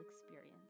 experience